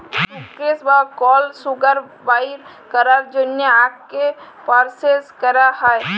sucrose বা কল sugar বাইর ক্যরার জ্যনহে আখকে পরসেস ক্যরা হ্যয়